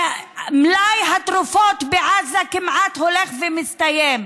שמלאי התרופות בעזה כמעט הולך ומסתיים,